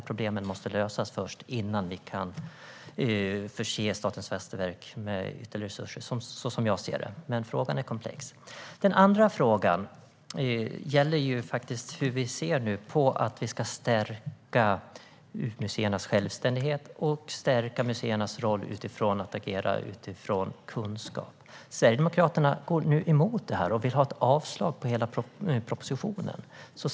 Som jag ser det måste dessa problem lösas innan Statens fastighetsverk kan förses med ytterligare resurser. Frågan är dock komplex. Den andra frågan gäller hur vi ser på att vi ska stärka museernas självständighet och stärka deras roll gällande att agera utifrån kunskap. Sverigedemokraterna går emot detta och vill ha ett avslag på hela propositionen.